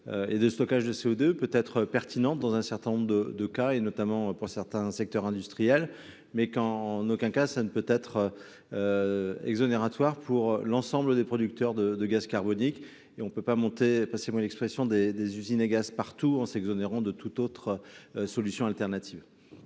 de stockage de CO2 peut être pertinente dans un certain nombre de cas, notamment pour certains secteurs industriels, mais qu’elle ne peut nullement être exonératoire pour l’ensemble des producteurs de gaz carbonique. Il n’est pas question, passez moi l’expression, de monter des usines à gaz partout en s’exonérant de toute autre solution de